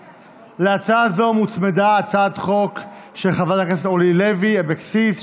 להצעה הזו הוצמדה הצעת חוק של חברת הכנסת אורלי לוי אבקסיס,